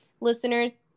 listeners